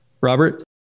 Robert